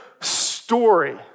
story